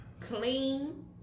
clean